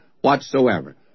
whatsoever